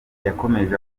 yakomeje